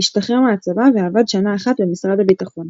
השתחרר מהצבא ועבד שנה אחת במשרד הביטחון.